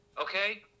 Okay